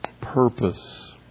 purpose